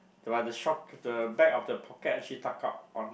but the back of the pocket actually tuck out